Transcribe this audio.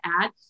add